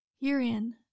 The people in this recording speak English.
Herein